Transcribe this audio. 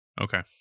Okay